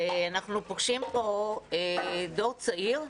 ואנחנו פוגשים פה דור צעיר,